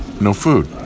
no-food